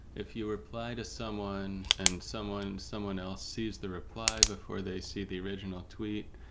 if you reply to someone and someone someone else sees the reply before they see the original tweet,